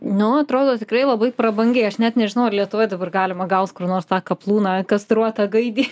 nu atrodo tikrai labai prabangiai aš net nežinau ar lietuvoj dabar galima gaut kur nors tą kaplūną kastruotą gaidį